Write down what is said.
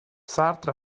sartre